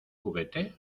juguete